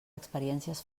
experiències